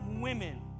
women